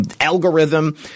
algorithm